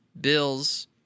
Bills